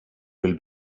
will